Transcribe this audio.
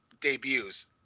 debuts